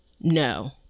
No